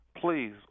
Please